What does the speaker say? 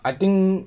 I think